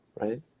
right